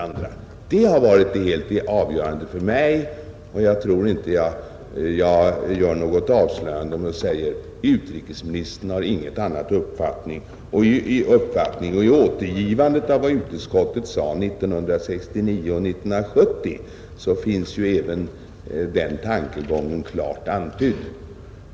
Republiken Syd : vietnams provisoris Detta har varit det helt avgörande för mig, och jag tror inte jag gör något avslöjande om jag säger att utrikesministern har ingen annan K4 revolutionära uppfattning. I återgivandet av vad utrikesutskottet sade 1969 och 1970 ”egering finns ju även den tankegången klart antydd.